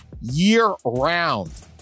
year-round